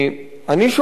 אני שואל: